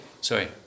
sorry